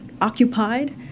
occupied